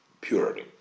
purity